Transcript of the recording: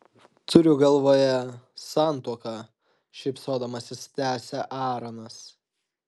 turiu galvoje santuoką šypsodamasis tęsia aaronas